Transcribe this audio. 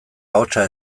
ahotsa